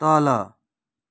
तल